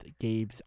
Gabe's